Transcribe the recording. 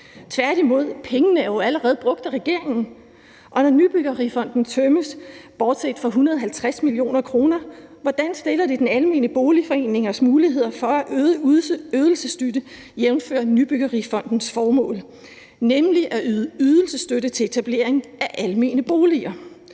Tværtimod er pengene jo allerede brugt af regeringen, og når Nybyggerifonden tømmes, bortset fra 150 mio. kr., hvordan stiller det så de almene boligforeningers muligheder for at yde ydelsesstøtte, jævnfør Nybyggerifondens formål, nemlig at yde ydelsesstøtte til etablering af almene boliger?